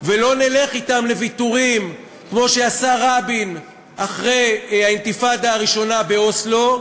ולא נלך אתם לוויתורים כמו שעשה רבין אחרי האינתיפאדה הראשונה באוסלו,